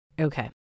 Okay